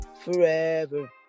forever